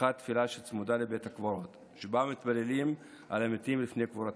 סככת תפילה שצמודה לבית הקברות שבה מתפללים על המתים לפני קבורתם.